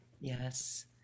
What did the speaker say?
Yes